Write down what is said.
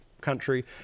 country